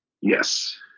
Yes